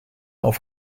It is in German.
auf